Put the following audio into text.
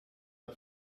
the